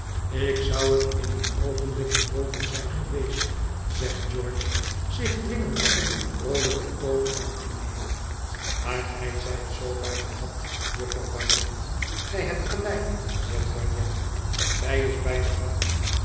ik zou het in êen oogenblik te boven zijn geweest zegt george zich dwingende om een vroolijken toon aan te nemen maar gij zijt zoo bij de hand jufvrouw bagnet gij hebt gelijk zegt bagnet zij is bij de hand